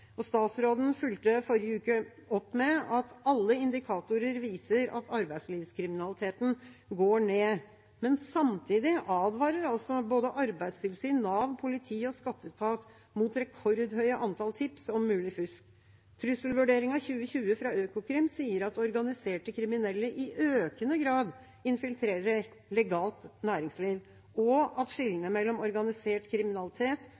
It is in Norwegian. Statsråden fulgte forrige uke opp med at alle indikatorer viser at arbeidslivskriminaliteten går ned. Samtidig advarer altså både Arbeidstilsynet, Nav, politi og skatteetaten mot rekordmange antall tips om mulig fusk. Trusselvurderingen 2020 fra Økokrim sier at organiserte kriminelle i økende grad infiltrerer legalt næringsliv, og at skillene mellom organisert kriminalitet,